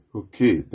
okay